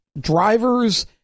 driver's